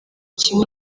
kimwe